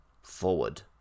forward